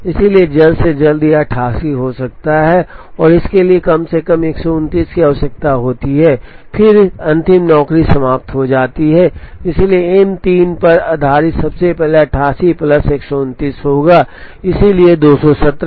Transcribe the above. इसलिए जल्द से जल्द यह 88 हो सकता है और इसके लिए कम से कम 129 की आवश्यकता होती है फिर अंतिम नौकरी समाप्त हो जाती है इसलिए M 3 पर आधारित सबसे पहले 88 प्लस 129 होगा इसलिए 217